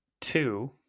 two